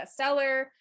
bestseller